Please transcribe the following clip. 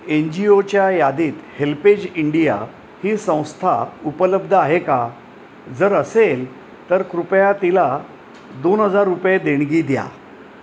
N जी ओच्या यादीत हेल्पेज इंडिया ही संस्था उपलब्ध आहे का जर असेल तर कृपया तिला दोन हजार रुपये देणगी द्या